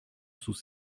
sous